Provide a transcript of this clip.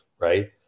Right